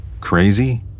Crazy